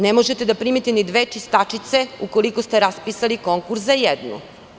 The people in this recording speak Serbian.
Ne možete da primite ni dve čistačice, ukoliko ste raspisali konkurs za jednu.